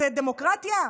דמוקרטיה?